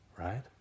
right